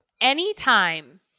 anytime